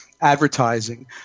advertising